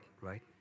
right